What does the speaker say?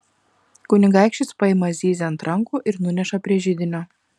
kunigaikštis paima zyzią ant rankų ir nuneša prie židinio